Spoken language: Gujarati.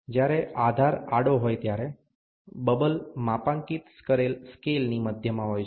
જ્યારે આધાર આડો હોય ત્યારે બબલ માપાંકિત કરેલ સ્કેલની મધ્યમાં હોય છે